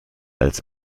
als